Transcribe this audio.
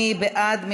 מי בעד?